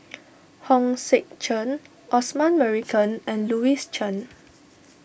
Hong Sek Chern Osman Merican and Louis Chen